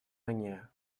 manière